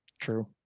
True